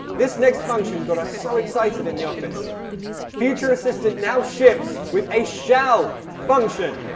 this next function got our so excited in the office future assistant now ships with a shall function!